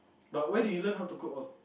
but where did you learn how to cook off